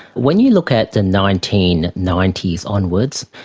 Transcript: when you look at the nineteen ninety s onwards,